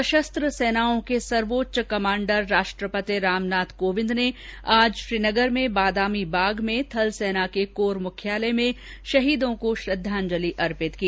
सशस्त्र सेनाओं के सर्वोच्च कमांडर राष्ट्रपति रामनाथ कोविंद ने आज श्रीनगर में बादामी बाग में थल सेना के कोर मुख्यालय में शहीदों को प्रष्पांजलि अर्पित की